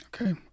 Okay